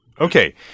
Okay